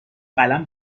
قلم